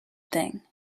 thing